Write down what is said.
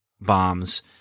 bombs